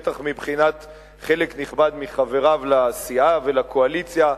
בטח מבחינת חלק נכבד מחבריו לסיעה ולקואליציה,